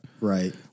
Right